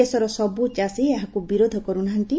ଦେଶର ସବୁ ଚାଷୀ ଏହାକ ବିରୋଧ କର୍ ନାହାନ୍ତି